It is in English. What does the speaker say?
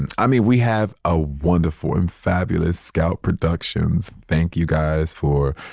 and i mean, we have a wonderful and fabulous scout productions. thank you guys for,